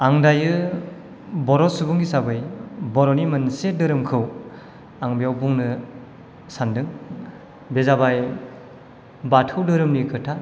आं दायो बर' सुबुं हिसाबै बर'नि मोनसे दोहोरोमखौ आं बेयाव बुंनो सानदों बे जाबाय बाथौ धाेरोमनि खोथा